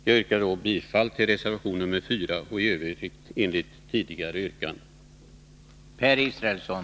Jag yrkar bifall till reservationen nr 4 och hänvisar i övrigt till mina tidigare yrkanden.